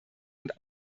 und